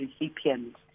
recipients